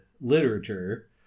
literature